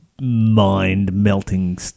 mind-melting